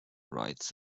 right